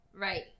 Right